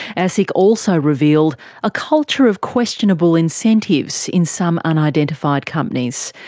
asic also revealed a culture of questionable incentives in some unidentified companies.